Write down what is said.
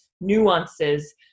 nuances